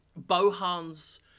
Bohan's